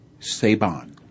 Saban